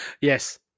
yes